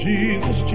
Jesus